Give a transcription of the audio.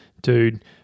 dude